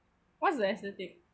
what's the aesthetic